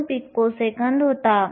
2 picosecond होता